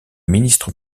ministre